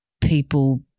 people